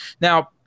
now